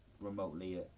remotely